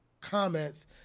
comments